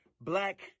black